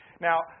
Now